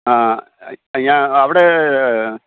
ആ ഞാൻ അവിടേ